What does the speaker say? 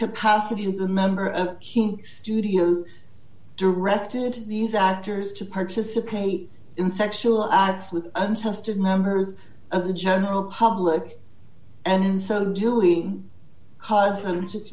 capacity as a member of studios directed these actors to participate in sexual acts with untested members of the general public and in so doing cause them to